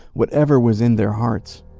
whatever was in their hearts,